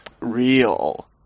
real